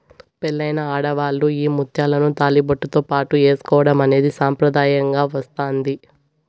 పెళ్ళైన ఆడవాళ్ళు ఈ ముత్యాలను తాళిబొట్టుతో పాటు ఏసుకోవడం అనేది సాంప్రదాయంగా వస్తాంది